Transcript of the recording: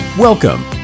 Welcome